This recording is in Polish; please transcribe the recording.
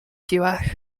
siłach